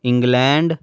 England